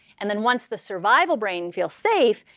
and then once the survival brain feels safe,